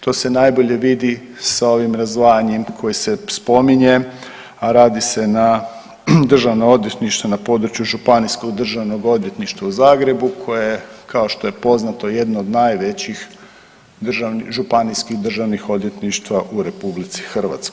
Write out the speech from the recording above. To se najbolje vidi sa ovim razdvajanjem koje se spominje, a radi se na državnom odvjetništvu na području Županijskog državnog odvjetništva u Zagrebu koje je kao što je poznato jedno od najvećih županijskih državnih odvjetništva u RH.